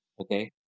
Okay